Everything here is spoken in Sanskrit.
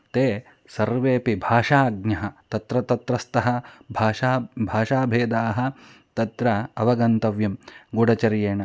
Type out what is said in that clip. ते सर्वेऽपि भाषाज्ञाः तत्र तत्रस्था भाषा भाषाभेदाः तत्र अवगन्तव्याः गूढचर्येण